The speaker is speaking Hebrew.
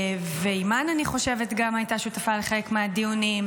ואימאן, אני חושבת, גם הייתה שותפה לחלק מהדיונים,